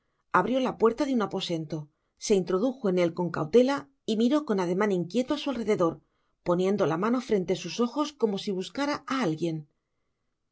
abrió la puerta de un aposento se introdujo en él con cautela y miró con ademan inquieto á su alrededor poniendo la mano frente sus ojos como si buscara á alguien